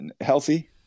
healthy